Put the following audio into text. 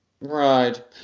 Right